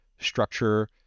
structure